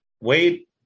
wait